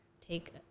take